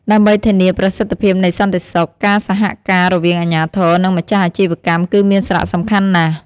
ដើម្បីធានាប្រសិទ្ធភាពនៃសន្តិសុខ ការសហការរវាងអាជ្ញាធរ និងម្ចាស់អាជីវកម្មគឺមានសារៈសំខាន់ណាស់។